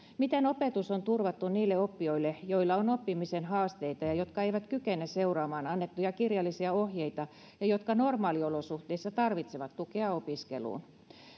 miten opetus on turvattu niille oppijoille joilla on oppimisen haasteita ja jotka eivät kykene seuraamaan annettuja kirjallisia ohjeita ja jotka normaaliolosuhteissa tarvitsevat tukea opiskeluun